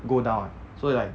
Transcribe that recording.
go down 所以 like